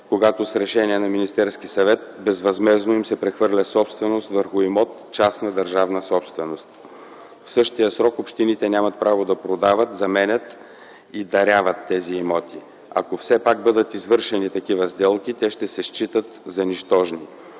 когато с решение на Министерския съвет безвъзмездно им се прехвърля собственост върху имот – частна държавна собственост. В същия срок общините нямат право да продават, заменят и даряват тези имоти. Ако все пак бъдат извършени такива сделки, те ще се считат за нищожни.